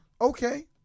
okay